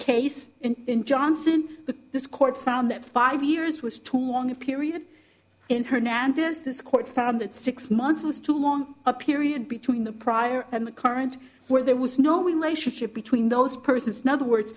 case in johnson this court found that five years was too long a period in hernandez this court found that six months was too long a period between the prior and the current where there was no we lay shit between those persons no other words